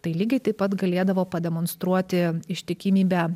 tai lygiai taip pat galėdavo pademonstruoti ištikimybę